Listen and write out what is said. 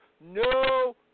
no